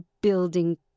building